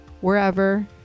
wherever